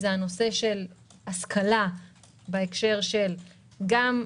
הוא נושא ההשכלה בהקשר גם של אקדמיה,